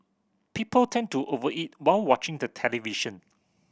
people tend to over eat while watching the television